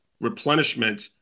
replenishment